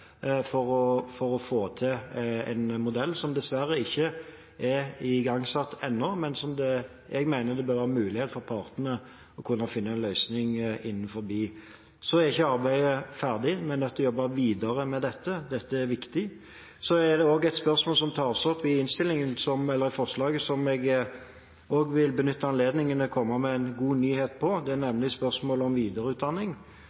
for leger, og den igangsatte et veldig systematisk arbeid om det for å få til en modell, som dessverre ikke er igangsatt ennå, men som jeg mener det burde være en mulighet for partene å kunne finne en løsning på. Arbeidet er ikke ferdig, men det jobbes videre med dette. Dette er viktig. Så er det også et spørsmål som tas opp i innstillingen, og det gjelder spørsmålet om videreutdanning. Jeg vil benytte anledningen til å komme med en god nyhet.